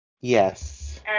Yes